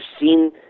seen